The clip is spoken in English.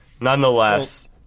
Nonetheless